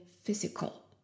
physical